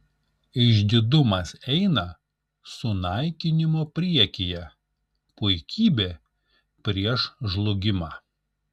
išdidumas eina sunaikinimo priekyje puikybė prieš žlugimą